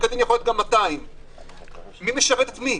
הדין יכול להיות גם 200. מי משרת את מי?